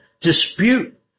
dispute